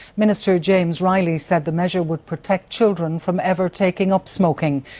minister james reilly said the measure would protect children from ever taking up smoking.